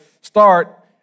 start